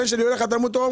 כשהבן שלי הולך לתלמוד תורה,